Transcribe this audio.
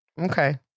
Okay